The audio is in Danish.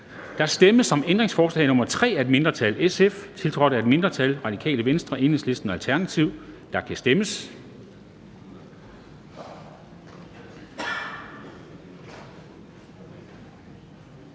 Der stemmes om ændringsforslag nr. 3 af et mindretal (SF), tiltrådt af et mindretal (RV, EL og ALT). Der kan stemmes.